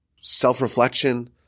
self-reflection